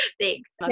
thanks